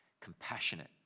compassionate